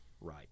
right